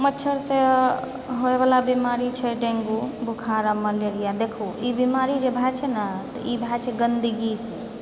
मच्छरसँ होइवला बीमारी छै डेंगू बोखार आओर मलेरिया देखू ई बीमारी जे भए जाइ छै ने तऽ ई भए जाइ छै गन्दगीसँ